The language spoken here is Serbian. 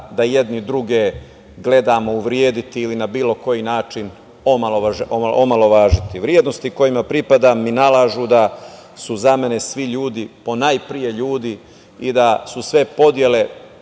da jedni drugi gledamo uvrediti ili na bilo koji način omalovažiti. Vrednosti, kojima pripadam, mi nalažu da su za mene svi ljudi, po najpre ljudi i da su sve podele